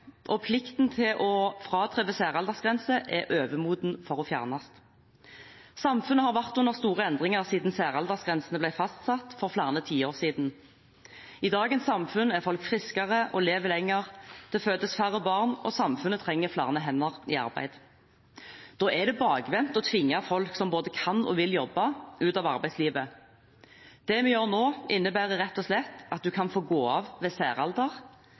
Plikten til å fratre ved særaldersgrense er overmoden for å fjernes. Samfunnet har vært under store endringer siden særaldersgrensene ble fastsatt for flere tiår siden. I dagens samfunn er folk friskere og lever lenger, det fødes færre barn, og samfunnet trenger flere hender i arbeid. Da er det bakvendt å tvinge folk som både kan og vil jobbe, ut av arbeidslivet. Det vi gjør nå, innebærer rett og slett at man kan få gå av ved særalder,